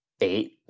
eight